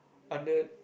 under